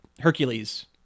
Hercules